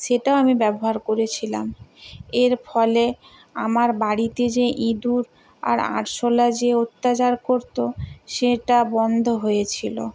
সেটাও আমি ব্যবহার করেছিলাম এর ফলে আমার বাড়িতে যে ইঁদুর আর আরশোলা যে অত্যাচার করতো সেটা বন্ধ হয়েছিলো